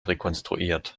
rekonstruiert